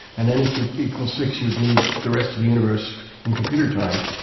and n equal six you'd need the rest of the universe in computer time.